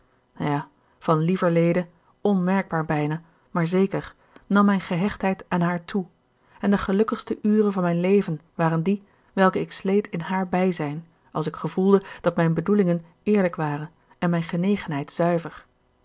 ja van lieverlede onmerkbaar bijna maar zeker nam mijn gehechtheid aan haar toe en de gelukkigste uren van mijn leven waren die welke ik sleet in haar bijzijn als ik gevoelde dat mijn bedoelingen eerlijk waren en mijn genegenheid zuiver